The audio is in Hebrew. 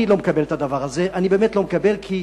אני לא מקבל את הדבר הזה, אני באמת לא מקבל, כי